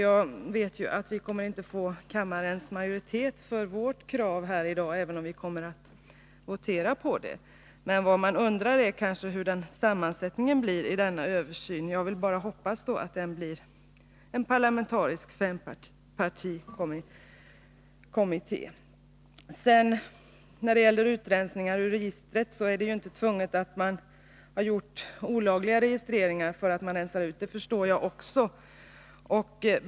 Jag vet att vi inte kommer att vinna kammarens majoritet för vårt krav i dag, även om vi kommer att votera om det. Men vad man kan fråga är hur sammansättningen blir i denna översyn. Jag hoppas att det blir en parlamentarisk fempartikommitté. När det gäller utrensningar ur registren vill jag säga att det inte är nödvändigt att ha gjort olagliga registreringar för att man skall rensa ut. Det förstår också jag.